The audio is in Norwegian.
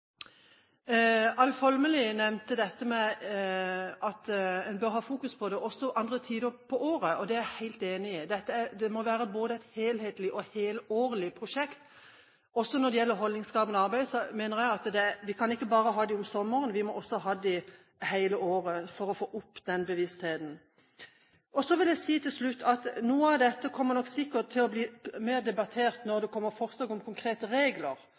at en bør ha fokus på dette også andre tider av året. Det er jeg helt enig i. Det må være både et helhetlig og et helårig prosjekt. Også når det gjelder holdningsskapende arbeid, mener jeg at vi kan ikke bare ha det om sommeren, vi må også ha det hele året for å få opp den bevisstheten. Så vil jeg si til slutt at noe av dette kommer sikkert til å bli mer debattert når det kommer forslag om konkrete regler,